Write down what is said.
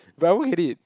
but I won't get it